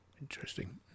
interesting